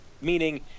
meaning